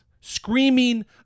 screaming